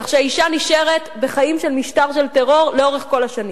כך שהאשה נשארת בחיים של משטר של טרור לאורך כל השנים.